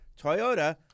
Toyota